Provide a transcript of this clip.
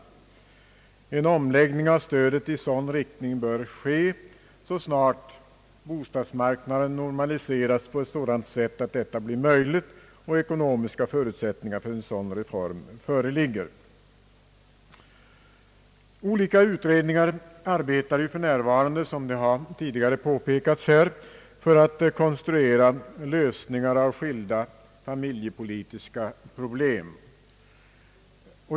En omläggning av stödet i denna riktning bör ske, så snart bostadsmarknaden har normaliserats på ett sådant sätt att det blir möjligt och ekonomiska resurser för en sådan reform föreligger. Såsom tidigare har påpekats här arbetar för närvarande olika utredningar för att konstruera lösningar av skilda familjepolitiska problem.